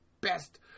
best